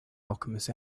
alchemist